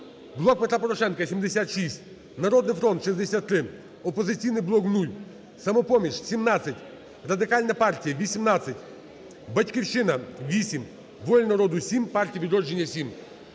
"Блок Петра Порошенка" – 76, "Народний фронт" – 63, "Опозиційний блок" – 0, "Самопоміч" – 17, Радикальна партія – 18, "Батьківщина" – 8, "Воля народу" – 7, "Партія "Відродження" – 7.